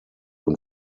und